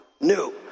new